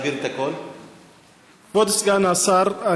כבוד סגן השר,